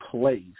place